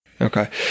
Okay